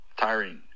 tiring